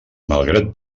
malgrat